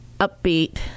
upbeat